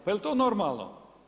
Pa jel' to normalno?